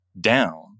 down